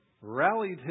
rallied